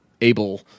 able